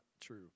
true